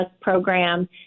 Program